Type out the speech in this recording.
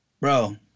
bro